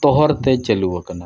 ᱛᱚᱦᱚᱨᱛᱮ ᱪᱟᱹᱞᱩᱣ ᱟᱠᱟᱱᱟ